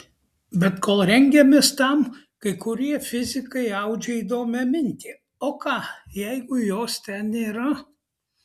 bet kol rengiamės tam kai kurie fizikai audžia įdomią mintį o ką jeigu jos ten nėra